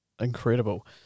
Incredible